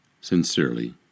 Sincerely